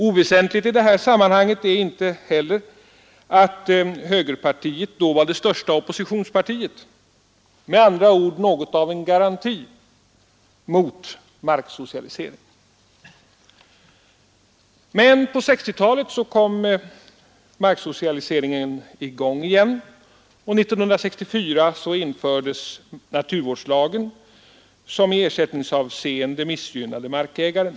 Oväsentligt i det här sammanhanget är inte heller att högerpartiet då var det största oppositionspartiet, med andra ord något av en garanti mot marksocialisering. Men på 1960-talet kom marksocialiseringen i gång igen, och 1964 infördes naturvårdslagen, som i ersättningsavseende missgynnade markägaren.